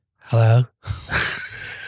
Hello